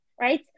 right